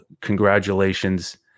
Congratulations